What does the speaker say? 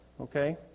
okay